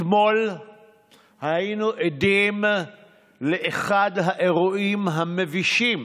אתמול היינו עדים לאחד האירועים המבישים